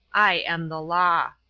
i am the law.